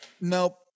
Nope